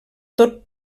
tot